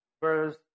verse